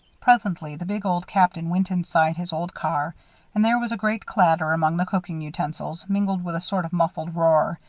presently the big old captain went inside his old car and there was a great clatter among the cooking utensils, mingled with a sort of muffled roar.